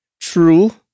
True